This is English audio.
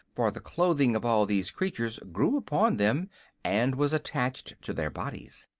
for the clothing of all these creatures grew upon them and was attached to their bodies.